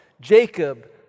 Jacob